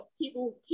people